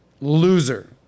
loser